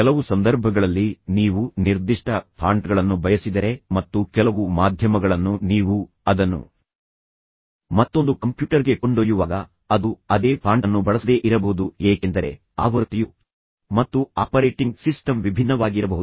ಕೆಲವು ಸಂದರ್ಭಗಳಲ್ಲಿ ನೀವು ನಿರ್ದಿಷ್ಟ ಫಾಂಟ್ಗಳನ್ನು ಬಯಸಿದರೆ ಮತ್ತು ಕೆಲವು ಮಾಧ್ಯಮಗಳನ್ನು ನೀವು ಅದನ್ನು ಮತ್ತೊಂದು ಕಂಪ್ಯೂಟರ್ಗೆ ಕೊಂಡೊಯ್ಯುವಾಗ ಅದು ಅದೇ ಫಾಂಟ್ ಅನ್ನು ಬಳಸದೇ ಇರಬಹುದು ಏಕೆಂದರೆ ಆವೃತ್ತಿಯು ಮತ್ತು ಆಪರೇಟಿಂಗ್ ಸಿಸ್ಟಮ್ ವಿಭಿನ್ನವಾಗಿರಬಹುದು